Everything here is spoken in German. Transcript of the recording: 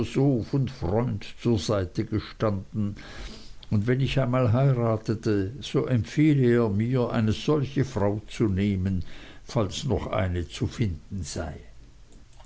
und freund zur seite gestanden und wenn ich einmal heiratete so empfehle er mir eine solche frau zu nehmen falls noch eine zu finden sei